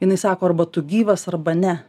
jinai sako arba tu gyvas arba ne